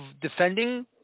defending